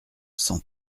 cent